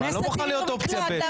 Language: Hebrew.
הכנסת היא עיר מקלט.